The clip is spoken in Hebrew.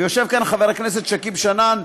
ויושב כאן חבר הכנסת שכיב שנאן,